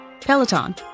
Peloton